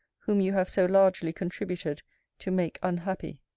whom you have so largely contributed to make unhappy.